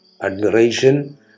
admiration